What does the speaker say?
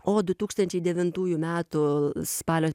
o du tūkstančiai devintųjų metų spalio